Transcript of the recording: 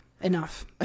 Enough